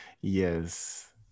Yes